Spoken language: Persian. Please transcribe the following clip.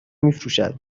میفروشد